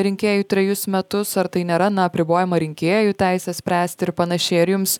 rinkėjų trejus metus ar tai nėra na apribojama rinkėjų teisė spręsti ir panašiai ar jums